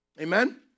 Amen